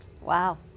Wow